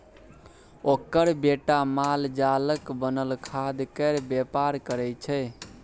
ओकर बेटा मालजालक बनल खादकेर बेपार करय छै